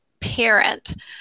parent